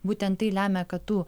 būtent tai lemia kad tų